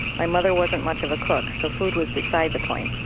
my mother wasn't much of a cook, so food was beside the point.